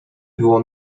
było